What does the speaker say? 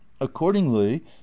Accordingly